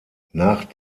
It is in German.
nach